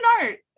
art